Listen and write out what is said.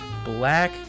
black